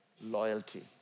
loyalty